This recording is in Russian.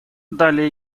далее